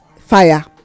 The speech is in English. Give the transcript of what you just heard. fire